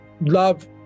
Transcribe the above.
love